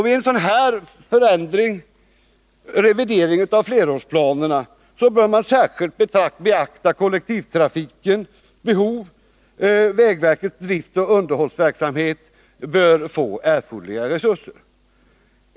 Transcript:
Vid en sådan revidering av flerårsplanerna bör man särskilt beakta kollektivtrafikens behov, och vägverkets driftsoch underhållsverksamhet bör få erforderliga resurser.